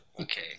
Okay